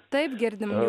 taip girdime